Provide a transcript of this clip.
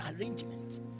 arrangement